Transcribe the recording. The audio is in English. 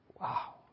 Wow